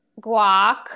guac